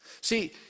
See